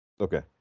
okay